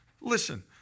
listen